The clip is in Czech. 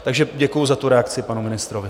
Takže děkuji za tu reakci panu ministrovi.